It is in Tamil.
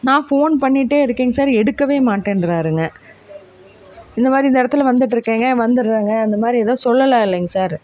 நான் ஃபோன் பண்ணிகிட்டே இருக்கேங்க சார் எடுக்கவே மாட்டேன்றாருங்க இந்த மாதிரி இந்த இடத்துல வந்துட்டிருக்கேங்க வந்துடுறேங்க அந்த மாதிரி எதாவது சொல்லலாம் இல்லைங்க சார்